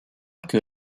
que